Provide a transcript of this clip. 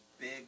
big